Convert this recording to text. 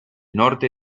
norte